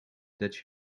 that